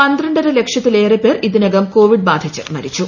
പന്ത്രണ്ടര ലക്ഷത്തിലേറെപ്പേർ ഇതിനകം കോവിഡ് ബാധിച്ചു മരിച്ചു